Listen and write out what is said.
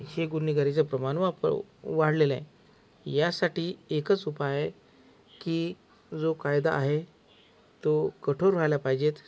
हे गुन्हेगारिचं प्रमाण वाप वाढलेलं आहे यासाठी एकच उपाय आहे की जो कायदा आहे तो कठोर व्हायला पाहिजेत